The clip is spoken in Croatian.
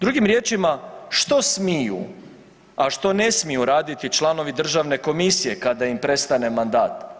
Drugim riječima, što smiju, a što ne smiju raditi članovi državne komisije kada im prestane mandat?